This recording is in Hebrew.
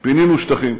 פינינו שטחים,